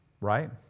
right